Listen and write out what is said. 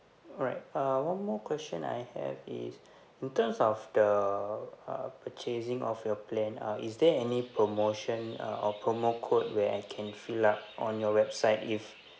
alright uh one more question I have is in terms of the uh purchasing of your plan uh is there any promotion uh or promo code where I can fill up on your website if